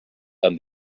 and